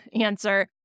answer